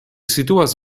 situas